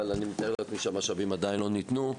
אבל אני מתאר לעצמי שהמשאבים עדיין לא ניתנו,